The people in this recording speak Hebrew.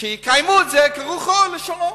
שיקיימו אותו כרוחו וכלשונו.